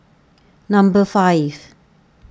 number five